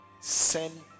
Send